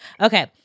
okay